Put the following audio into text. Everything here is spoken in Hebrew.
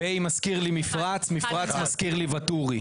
ביה מזכיר לי מפרץ, מפרץ מזכיר לי ואטורי.